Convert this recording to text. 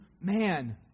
man